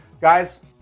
guys